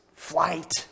flight